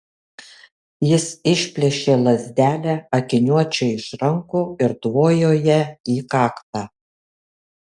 jis išplėšė lazdelę akiniuočiui iš rankų ir tvojo ja į kaktą